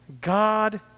God